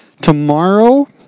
tomorrow